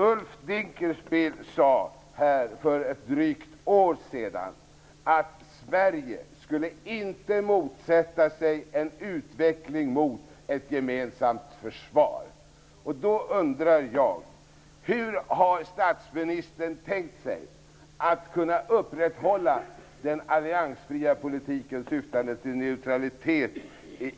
Ulf Dinkelspiel sade här för ett drygt år sedan att Sverige inte skulle motsätta sig en utveckling mot ett gemensamt försvar. Jag undrar då hur statsministern har tänkt sig att upprätthålla den alliansfria politiken, syftande till neutralitet